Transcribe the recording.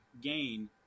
gain